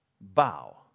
Bow